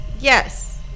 Yes